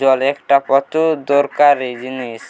জল একটা প্রচুর দরকারি জিনিস